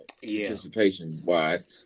participation-wise